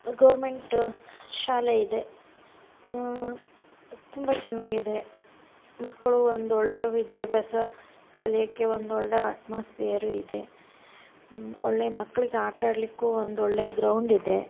government ಶಾಲೆ ಇದೆ ತುಂಬ ಚೆನ್ನಾಗಿದೆ ಮಕ್ಕಳು ಒಂದೊಳ್ಳೆ ವಿದ್ಯಾಭ್ಯಾಸ ಕಲಿಯೋಕ್ಕೆ ಒಂದೊಳ್ಳೆ ಅಟ್ಮಾಸ್ಫಿಯರು ಇದೆ ಒಳ್ಳೆ ಮಕ್ಳಿಗೆ ಆಟಾಡ್ಲಿಕ್ಕೂ ಒಂದೊಳ್ಳೆ ಗ್ರೌಂಡ್ ಇದೆ